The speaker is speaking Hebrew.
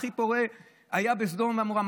הכי פורה היה בסדום ועמורה.